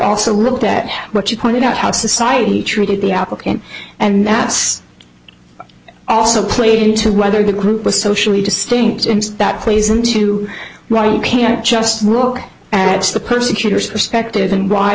also looked at what you pointed out how society treated the applicant and that's also played into whether the group was socially distinct and that plays into why you can't just look at the persecutors perspective and why